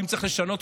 ואם צריך לשנות,